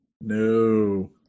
No